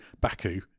Baku